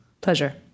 Pleasure